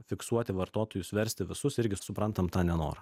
fiksuoti vartotojus versti visus irgi suprantam tą nenorą